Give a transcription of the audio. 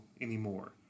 anymore